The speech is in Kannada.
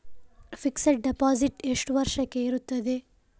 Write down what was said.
ಫಿಕ್ಸೆಡ್ ಡೆಪೋಸಿಟ್ ಎಷ್ಟು ವರ್ಷಕ್ಕೆ ಇರುತ್ತದೆ?